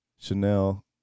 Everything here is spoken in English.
Chanel